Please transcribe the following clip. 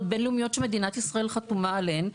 בין-לאומיות שמדינת ישראל חתומה עליהן,